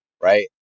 right